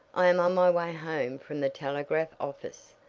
i am on my way home from the telegraph office.